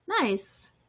Nice